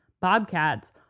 bobcats